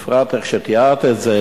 בפרט איך שתיארת את זה,